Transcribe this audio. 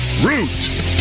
Root